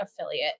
affiliate